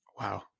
Wow